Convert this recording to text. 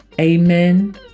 Amen